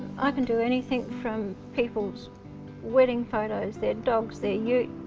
i can do anything from people's wedding photos their dogs, their ute,